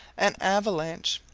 an avalanche,